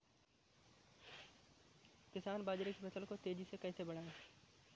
किसान बाजरे की फसल को तेजी से कैसे बढ़ाएँ?